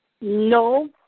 No